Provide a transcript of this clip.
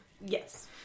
Yes